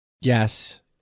Yes